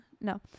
No